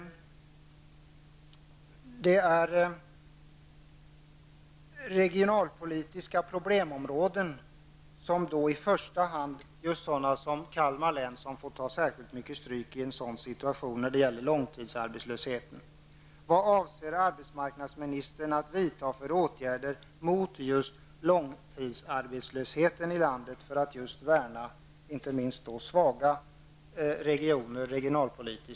Det är regionalpolitiska problemområden, just sådana som Kalmar län, som i första hand får ta särskilt mycket stryk i en situation med långtidsarbetslöshet. Vad avser arbetsmarknadsministern att vidta för åtgärder mot just långtidsarbetslösheten i landet för att regionalpolitiskt värna inte minst svaga regioner som Kalmar län?